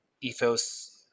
ethos